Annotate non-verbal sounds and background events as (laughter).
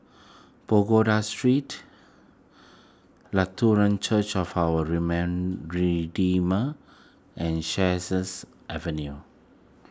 (noise) Pagoda Street Lutheran Church of Our (unintelligible) Redeemer and Sheares Avenue